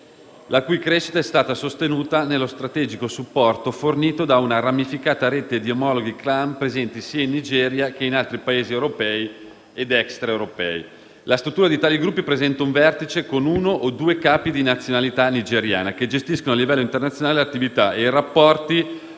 la cui crescita è stata sostenuta dallo strategico supporto fornito da una ramificata rete di omologhi *clan* presenti sia in Nigeria che in altri Paesi europei ed extraeuropei. La struttura di tali gruppi presenta un vertice con uno o due capi di nazionalità nigeriana, che gestiscono a livello internazionale l'attività e i rapporti